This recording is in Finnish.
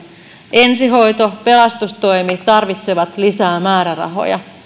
ensihoito ja pelastustoimi tarvitsevat lisää määrärahoja